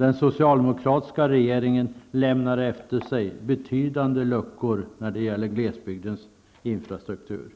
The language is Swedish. Den socialdemokratiska regeringen lämnar efter sig betydande luckor när det gäller glesbygdens infrastruktur.